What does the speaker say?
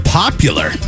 popular